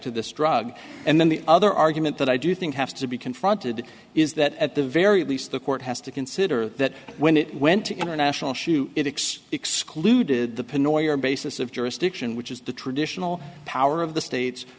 to this drug and then the other argument that i do think has to be confronted is that at the very least the court has to consider that when it went to international issue it excluded the pinoy or basis of jurisdiction which is the traditional power of the states